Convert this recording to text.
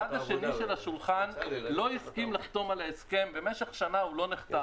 הצד השני של השולחן לא הסכים לחתום על ההסכם ובמשך שנה הוא לא נחתם.